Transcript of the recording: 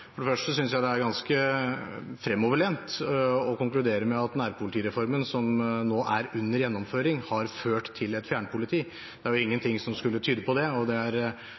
For det første synes jeg det er ganske fremoverlent å konkludere med at nærpolitireformen, som nå er under gjennomføring, har ført til et fjernpoliti. Det er ingen ting som skulle tyde på det, og det er